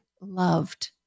loved